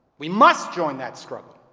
we must join that struggle